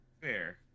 Fair